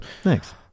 Thanks